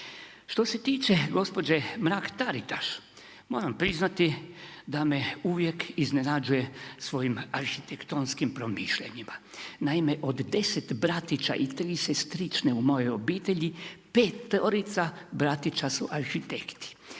Što se tiče, gospođe Mrak-Taritaš, moram priznati, da me uvijek iznenađuje svojim arhitektonskim promišljanjima. Naime, od 10 bratića i 3 sestrične u mojoj obitelji, 5-orica bratića su arhitekti